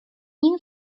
you